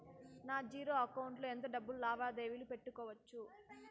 నా zero account లో ఎంత డబ్బులు లావాదేవీలు పెట్టుకోవచ్చు?